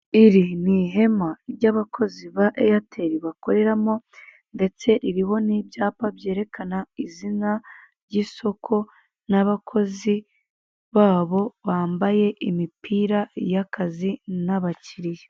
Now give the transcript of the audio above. Iri ni ihema ry'abakozi ba Airtel bakoreramo, ndetse iriho n'ibyapa byerekana izina ry'isoko, n'abakozi babo bambaye imipira y'akazi, n'abakiriya.